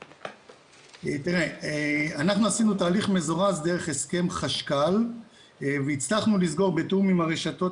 אנחנו עשינו תהליך מזורז דרך הסכם חשכ"ל והצלחנו לסגור בתיאום עם הרשתות